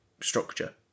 structure